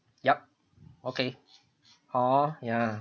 yup okay hor ya